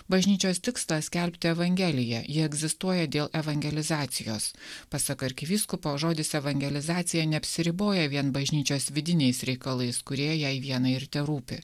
bažnyčios tikslas skelbti evangeliją ji egzistuoja dėl evangelizacijos pasak arkivyskupo žodis evangelizacija neapsiriboja vien bažnyčios vidiniais reikalais kurie jai vienai ir terūpi